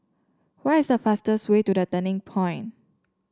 what is the fastest way to The Turning Point